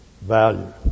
value